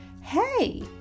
Hey